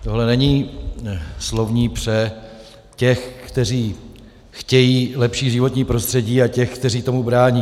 Tohle není slovní pře těch, kteří chtějí lepší životní prostředí, a těch, kteří tomu brání.